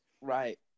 Right